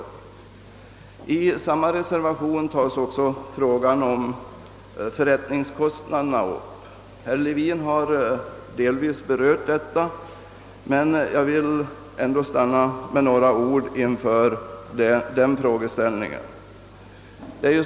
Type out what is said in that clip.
I reservationen II tages också frågan om förrättningskostnaderna upp. Herr Levin har delvis berört den, men jag vill ändå säga några ord därom.